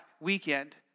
weekend